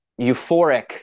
euphoric